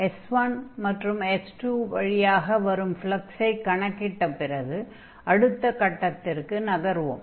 S1 மற்றும் S2 வழியாக வரும் ஃப்லக்ஸை கணக்கிட்ட பிறகு அடுத்த கட்டத்திற்கு நகர்வோம்